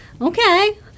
Okay